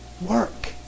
work